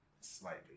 Slightly